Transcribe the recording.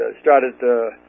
started